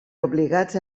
obligats